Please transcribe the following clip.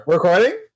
Recording